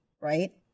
right